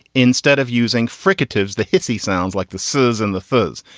instead of using fricatives, the hits, he sounds like the ses and the fuzz.